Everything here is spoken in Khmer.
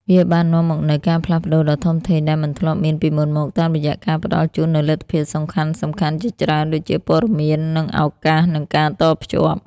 វាបាននាំមកនូវការផ្លាស់ប្តូរដ៏ធំធេងដែលមិនធ្លាប់មានពីមុនមក តាមរយៈការផ្តល់ជូននូវលទ្ធភាពសំខាន់ៗជាច្រើន ដូចជា ព័ត៌មាន ឱកាស និងការតភ្ជាប់។